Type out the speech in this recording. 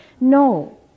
No